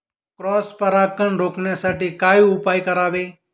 Cross परागकण रोखण्यासाठी काय उपाय करावे?